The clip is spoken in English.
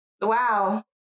Wow